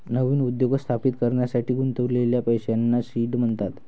नवीन उद्योग स्थापित करण्यासाठी गुंतवलेल्या पैशांना सीड म्हणतात